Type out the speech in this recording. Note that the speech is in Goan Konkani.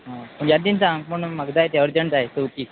आं याद्दीन सांग पूण म्हाका जाय ते अर्जंट जाय चवथीक